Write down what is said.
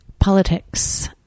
Politics